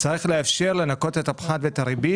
צריך לאפשר לנקות את הפחת ואת הריבית,